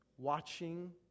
watching